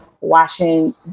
watching